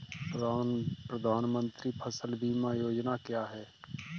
प्रधानमंत्री फसल बीमा योजना क्या है?